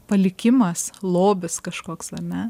palikimas lobis kažkoks ane